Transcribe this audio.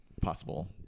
possible